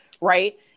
Right